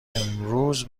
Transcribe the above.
امروز